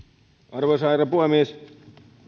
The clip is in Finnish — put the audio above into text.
arvoisa herra puhemies